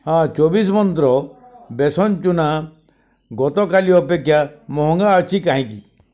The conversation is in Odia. ହଁ ଚବିଶ ମନ୍ତ୍ର ବେସନ ଚୂନା ଗତକାଲି ଅପେକ୍ଷା ମହଙ୍ଗା ଅଛି କାହିଁକି